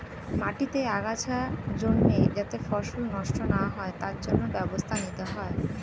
মাটিতে আগাছা জন্মে যাতে ফসল নষ্ট না হয় তার জন্য ব্যবস্থা নিতে হয়